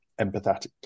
empathetically